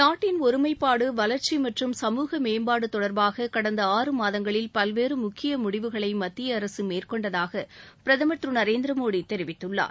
நாட்டின் ஒருமைப்பாடு வளர்ச்சி மற்றும் சமூக மேம்பாடு தொடர்பாக கடந்த ஆறுமாதங்களில் பல்வேறு முக்கிய முடிவுகளை மத்திய அரசு மேற்கொண்டதாக பிரதமர் திரு நரேந்திர மோடி தெரிவித்துள்ளார்